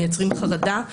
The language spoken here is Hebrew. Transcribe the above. מייצרים חרדה,